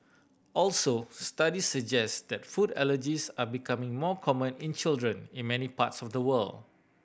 also studies suggest that food allergies are becoming more common in children in many parts of the world